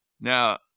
Now